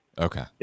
Okay